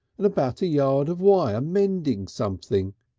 and about a yard of wire mending somethin'.